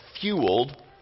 fueled